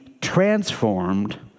transformed